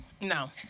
No